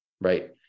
right